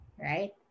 right